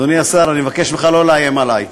אדוני השר, אני מבקש ממך לא לאיים עלי.